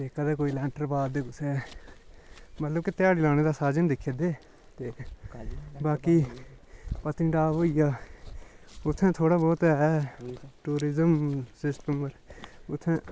ते कदें कोई लैंटर पा दे कुसै मतलब के ध्याड़ी लाने दे साधन दिक्खा दे ते बाकी पत्नीटाप होई गेआ उत्थें थोह्ड़ा बोह्त ऐ ट्यूरिज़म सिस्टम उत्थें